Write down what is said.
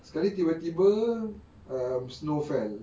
sekali tiba-tiba um snow fell